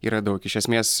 yra daug iš esmės